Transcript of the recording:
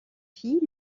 filles